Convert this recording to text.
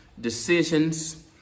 decisions